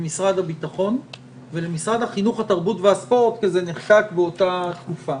למשרד הביטחון ולמשרד החינוך התרבות והספורט כי זה נחקק באותה תקופה.